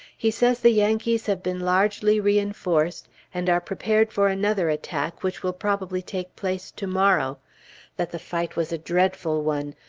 he says the yankees have been largely reinforced, and are prepared for another attack which will probably take place to-morrow that the fight was a dreadful one,